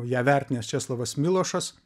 ją vertinęs česlovas milošas